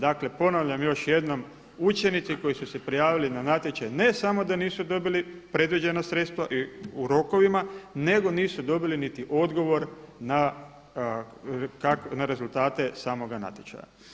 Dakle, ponavljam još jednom, učenici koji su se prijavili na natječaj ne samo da nisu dobili predviđena sredstva i u rokovima nego nisu dobili niti odgovor na rezultate samoga natječaja.